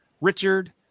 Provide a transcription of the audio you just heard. Richard